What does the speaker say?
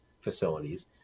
facilities